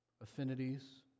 affinities